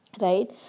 right